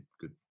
good